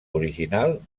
original